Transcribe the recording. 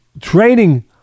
training